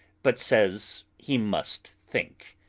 but says he must think.